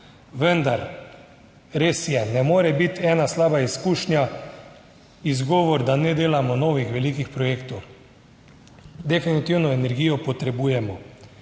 Vendar res je, ne more biti ena slaba izkušnja izgovor, da ne delamo novih velikih projektov. Definitivno energijo potrebujemo.